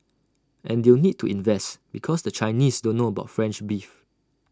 and they'll need to invest because the Chinese don't know about French beef